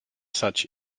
such